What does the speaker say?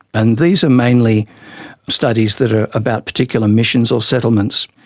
and these are mainly studies that are about particular missions or settlements.